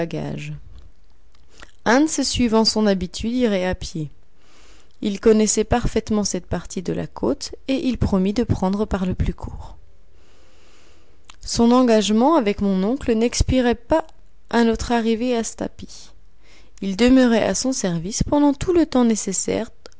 bagages hans suivant son habitude irait à pied il connaissait parfaitement cette partie de la côte et il promit de prendre par le plus court son engagement avec mon oncle n'expirait pas à notre arrivée à stapi il demeurait à son service pendant tout le temps nécessaire